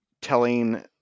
telling